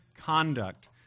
conduct